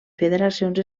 federacions